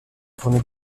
premier